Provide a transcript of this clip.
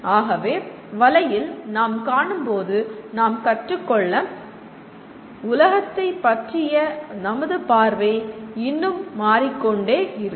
ஆகவே வலையில் நாம் காணும் போது நாம் கற்றுக்கொள்ள கற்றுக்கொள்ள உலகத்தைப் பற்றிய நமது பார்வை இன்னும் மாறிக்கொண்டே இருக்கும்